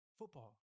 football